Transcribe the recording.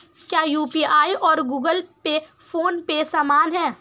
क्या यू.पी.आई और Google Pay PhonePe समान हैं?